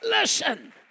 Listen